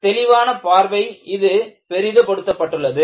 தெளிவான பார்வை இது பெரிது படுத்தப்பட்டுள்ளது